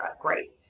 great